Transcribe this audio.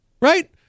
Right